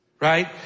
Right